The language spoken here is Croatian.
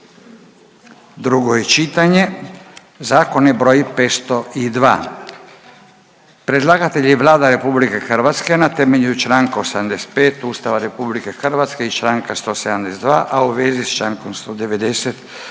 drugo čitanje, P.Z. br. 502. Predlagatelj je Vlada Republike Hrvatske na temelju članka 85. Ustava Republike Hrvatske i članka 172. a u vezi sa člankom 190.